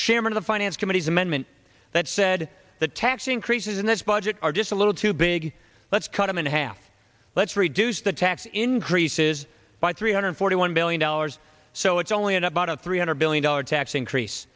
chairman of the finance committee's amendment that said the tax increases in this budget are just a little too big let's cut them in half let's reduce the tax increases by three hundred forty one billion dollars so it's only about a three hundred billion dollars tax increase